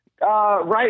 Right